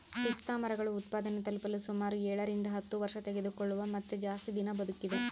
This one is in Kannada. ಪಿಸ್ತಾಮರಗಳು ಉತ್ಪಾದನೆ ತಲುಪಲು ಸುಮಾರು ಏಳರಿಂದ ಹತ್ತು ವರ್ಷತೆಗೆದುಕೊಳ್ತವ ಮತ್ತೆ ಜಾಸ್ತಿ ದಿನ ಬದುಕಿದೆ